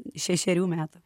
šešerių metų